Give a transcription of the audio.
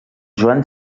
joan